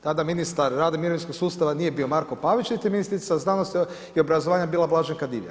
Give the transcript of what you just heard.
Tada Ministar rada i mirovinskog sustava nije bio Marko Pavić, niti je ministrica znanosti i obrazovanja bila Blaženka Divjak.